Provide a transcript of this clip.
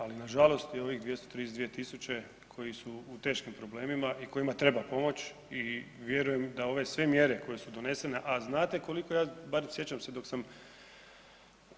Ali nažalost je ovih 232 000 koji su u teškim problemima i kojima treba pomoć i vjerujem da ove sve mjere koje su donesene, a znate koliko ja bar sjećam se dok sam